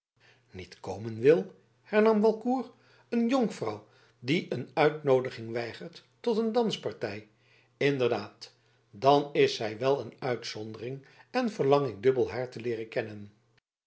niet komen wil hernam walcourt een jonkvrouw die een uitnoodiging weigert tot een danspartij inderdaad dan is zij wel een uitzondering en verlang ik dubbel haar te leeren kennen